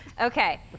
Okay